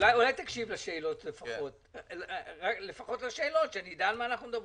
אולי לפחות תקשיב לשאלות כדי שאני אדע על מה אנחנו מדברים.